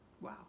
Wow